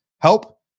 help